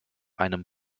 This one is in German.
einem